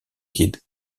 guide